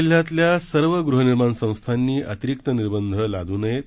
राज्यातल्या सर्व गृह निर्माण संस्थांनी अतिरीक्त निर्बंध लादू नये